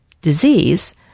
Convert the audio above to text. disease